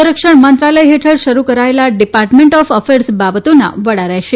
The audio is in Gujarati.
સંરક્ષણમંત્રાલય હેઠળ શરૂ કરાયેલા ડીપાર્ટમેન્ટ ઓફ એર્ફેર્સ બાબતોના વડા રહેશે